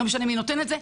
לא משנה מי נותן את זה.